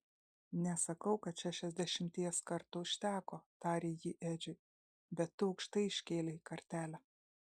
nesakau kad šešiasdešimties kartų užteko tarė ji edžiui bet tu aukštai iškėlei kartelę